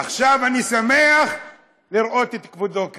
עכשיו, אני שמח לראות את כבודו כאן,